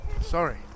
Sorry